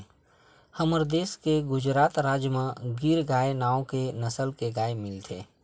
हमर देस के गुजरात राज म गीर गाय नांव के नसल के गाय मिलथे